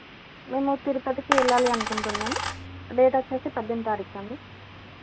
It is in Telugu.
మేము తిరుపతికి వెళ్ళాలి అనుకుంటున్నాము డేట్ వచ్చేసి పద్దెనిమిది తారికు అండి